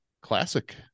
classic